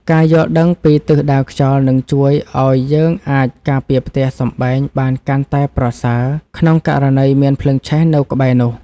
ការយល់ដឹងពីទិសដៅខ្យល់នឹងជួយឱ្យយើងអាចការពារផ្ទះសម្បែងបានកាន់តែប្រសើរក្នុងករណីមានភ្លើងឆេះនៅក្បែរនោះ។